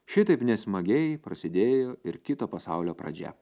šitaip nesmagiai prasidėjo ir kito pasaulio pradžia